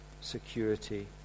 security